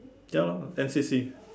ya lor N_C_C